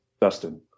Dustin